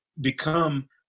become